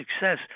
success